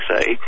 say